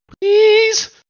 Please